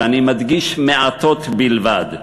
ואני מדגיש: מעטות בלבד,